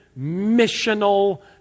missional